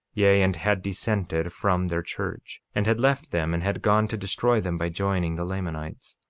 yea, and had dissented from their church, and had left them and had gone to destroy them by joining the lamanites.